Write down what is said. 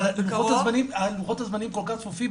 אבל לוחות הזמנים כל כך צפופים,